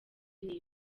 n’imwe